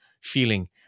feeling